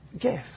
gift